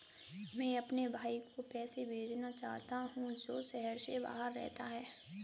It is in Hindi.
मैं अपने भाई को पैसे भेजना चाहता हूँ जो शहर से बाहर रहता है